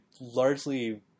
largely